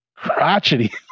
crotchety